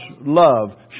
love